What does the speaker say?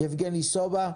יבגני סובה,